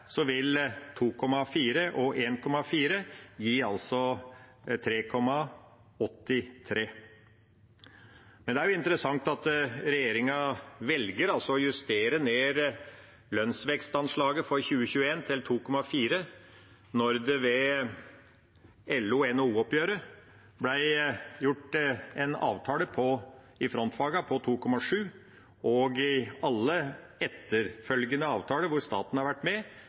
er interessant at regjeringa velger å justere ned lønnsvekstanslaget for 2021 til 2,4 pst., når det ved LO–NHO-oppgjøret ble gjort en avtale i frontfagene på 2,7 pst. I alle etterfølgende avtaler hvor staten har vært med,